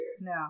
No